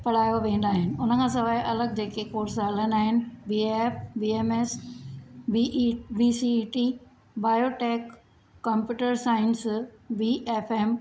पढ़ाया वेंदा आहिनि उन खां सिवाय अलगि जेके कोर्स हलंदा आहिनि B A F B A M S B E BCET biotech computer science B F M